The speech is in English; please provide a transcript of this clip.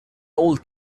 old